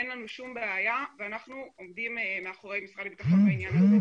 אין לנו שום בעיה ואנחנו עומדים מאחורי משרד הביטחון בעניין הזה.